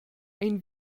ein